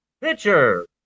Pitcher